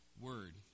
word